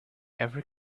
every